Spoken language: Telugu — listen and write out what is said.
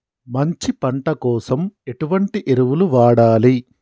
మంచి పంట కోసం ఎటువంటి ఎరువులు వాడాలి?